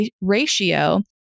ratio